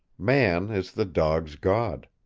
man is the dog's god.